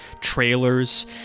trailers